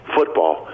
football